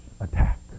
attack